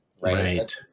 right